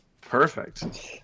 Perfect